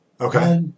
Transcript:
Okay